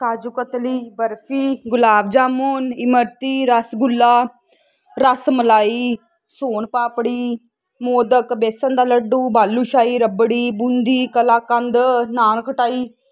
ਕਾਜੂ ਕਤਲੀ ਬਰਫੀ ਗੁਲਾਬ ਜਾਮੁਨ ਇਮਰਤੀ ਰਸਗੁੱਲਾ ਰਸ ਮਲਾਈ ਸੋਨ ਪਾਪੜੀ ਮੋਦਕ ਬੇਸਨ ਦਾ ਲੱਡੂ ਬਾਲੂਸ਼ਾਹੀ ਰਬੜੀ ਬੂੰਦੀ ਕਲਾ ਕੰਦ ਨਾਨ ਖਟਾਈ